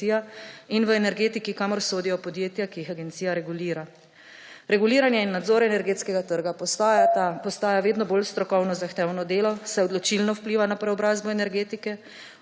in v energetiki, kamor sodijo podjetja, ki jih agencija regulira. Reguliranje in nadzor energetskega trga postaja vedno bolj strokovno zahtevno delo, saj odločilno vpliva na preobrazbo energetike,